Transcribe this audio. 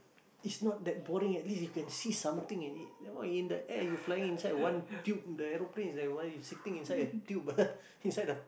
it's not that boring at least you can see something in it that one in the air you flying inside one tube the aeroplane is like one you sitting inside a tube inside the